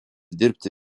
dirbti